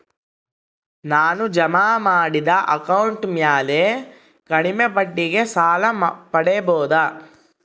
ನಾನು ಜಮಾ ಮಾಡಿದ ಅಕೌಂಟ್ ಮ್ಯಾಲೆ ಕಡಿಮೆ ಬಡ್ಡಿಗೆ ಸಾಲ ಪಡೇಬೋದಾ?